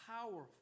powerful